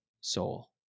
soul